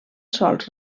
sols